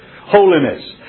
holiness